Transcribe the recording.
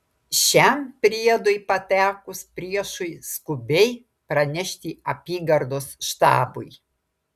šiam priedui patekus priešui skubiai pranešti apygardos štabui